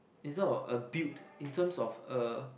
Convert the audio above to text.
is not a built in terms of a